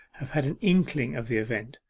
have had an inkling of the event.